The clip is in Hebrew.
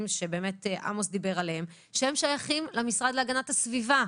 שעמוס דיבר עליהם ששייכים למשרד להגנת הסביבה.